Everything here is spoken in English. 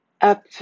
up